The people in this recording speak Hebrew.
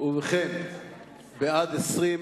לאשר את צו תעריף